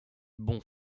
bon